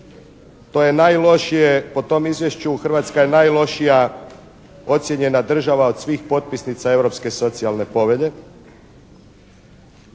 To je najlošije, po tom izvješću Hrvatska je najlošija ocjenjena država od svih potpisnica europske socijalne povelje,